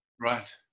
Right